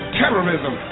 terrorism